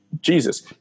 Jesus